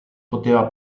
poteva